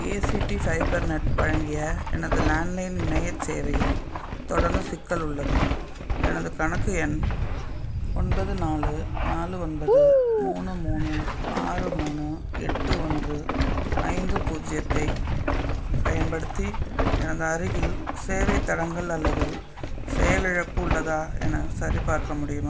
ACT Fibernet வழங்கிய எனது landline இணையச் சேவையில் தொடர்ந்து சிக்கல் உள்ளது எனது கணக்கு எண் ஒன்பது நாலு நாலு ஒன்பது மூணு மூணு ஆறு மூணு எட்டு ஒன்று ஐந்து பூஜ்ஜியத்தை பயன்படுத்தி எனது அருகில் சேவைத் தடங்கல் அல்லது செயலிழப்பு உள்ளதா என சரிபார்க்க முடியுமா